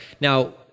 Now